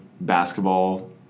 basketball